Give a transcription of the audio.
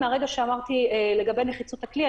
מהרגע שאמרתי לגבי נחיצות הכלי,